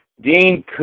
Dean